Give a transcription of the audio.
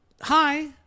hi